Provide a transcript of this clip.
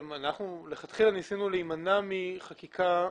אנחנו לכתחילה ניסינו להימנע מחקיקה.